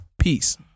Peace